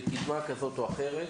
בקדמה כזו או אחרת,